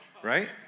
right